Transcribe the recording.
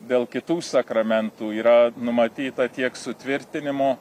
dėl kitų sakramentų yra numatyta tiek sutvirtinimo